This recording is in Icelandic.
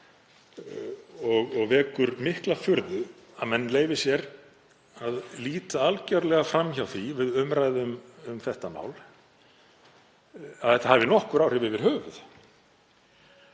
Það vekur mikla furðu að menn leyfi sér að líta algjörlega fram hjá því við umræðu um málið að það hafi nokkur áhrif yfir höfuð